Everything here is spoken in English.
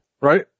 Right